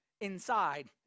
inside